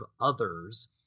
others